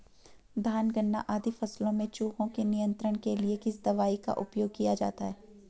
धान गन्ना आदि फसलों में चूहों के नियंत्रण के लिए किस दवाई का उपयोग किया जाता है?